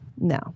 no